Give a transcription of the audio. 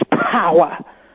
power